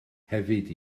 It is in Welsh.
hefyd